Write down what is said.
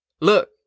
Look